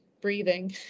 breathing